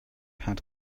had